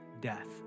death